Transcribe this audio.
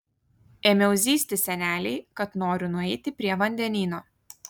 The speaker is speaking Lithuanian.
ėmiau zyzti senelei kad noriu nueiti prie vandenyno